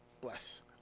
Bless